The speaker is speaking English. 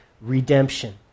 redemption